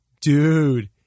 dude